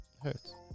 Hurts